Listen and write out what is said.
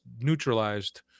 neutralized